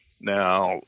Now